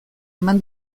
eman